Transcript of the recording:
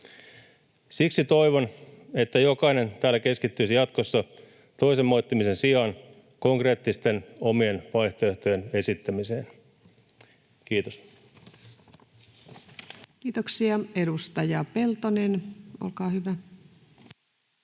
Siksi toivon, että jokainen täällä keskittyisi jatkossa toisen moittimisen sijaan konkreettisten omien vaihtoehtojen esittämiseen. — Kiitos. Kiitoksia. — Edustaja Peltonen, olkaa hyvä.